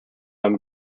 i’m